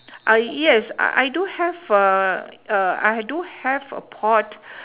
I yes I do have uhh uh I do have a pot